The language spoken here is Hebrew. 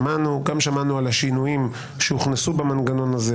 שמענו גם על השינויים שהוכנסו במנגנון הזה